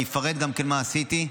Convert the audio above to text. אני אפרט גם מה עשיתי.